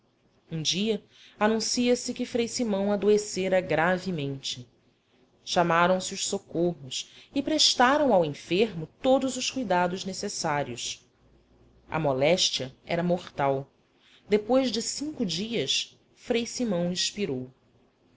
um dia anuncia se que frei simão adoecera gravemente chamaram se os socorros e prestaram ao enfermo todos os cuidados necessários a moléstia era mortal depois de cinco dias frei simão expirou